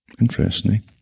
Interesting